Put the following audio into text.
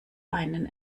einen